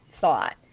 thought